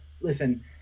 listen